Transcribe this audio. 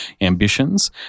ambitions